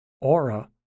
Aura